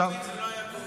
בלי שלומית זה לא היה קורה.